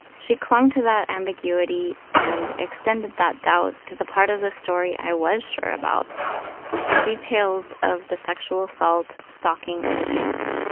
she clung to that ambiguity, and extended that doubt to the part of the story i was sure about the details of the sexual assault, stalking, and abuse.